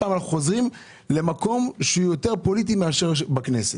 אנחנו חוזרים למקום שהוא יותר פוליטי מאשר בכנסת.